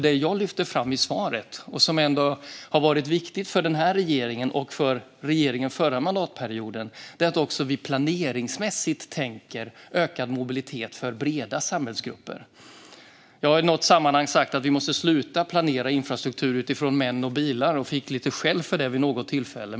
Det jag lyfte fram i svaret och som har varit viktigt för den här regeringen och för regeringen under den förra mandatperioden är att vi också planeringsmässigt tänker på ökad mobilitet för breda samhällsgrupper. Jag har i något sammanhang sagt att vi måste sluta planera infrastruktur utifrån män och bilar och har vid något tillfälle fått lite skäll för det.